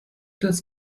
das